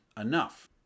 enough